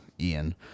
Ian